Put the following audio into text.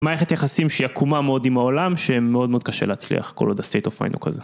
מערכת יחסים שהיא עקומה מאוד עם העולם שמאוד מאוד קשה להצליח כל עוד הstate of mind הוא כזה.